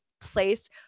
place